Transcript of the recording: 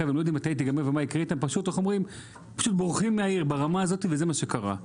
חשמל פשוט בורחים מהעיר וזה מה שקרה.